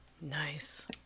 Nice